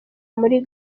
muri